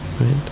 right